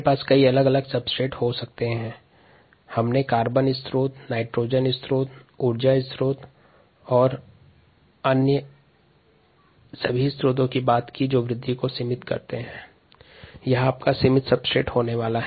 पूर्व में carbon nitrogen ऊर्जा स्रोत और वृद्धि को सीमित करने वाले कारकों पर चर्चा की है